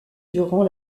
durant